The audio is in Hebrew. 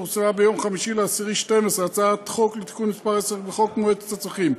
פורסמה ביום 5 באוקטובר 2012 הצעת חוק לתיקון מס' 10 בחוק מועצת הצמחים.